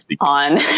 on